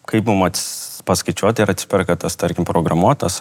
kaip mum ats paskaičiuot ar atsiperka tas tarkim programuotojas